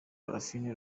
parfine